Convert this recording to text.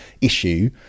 issue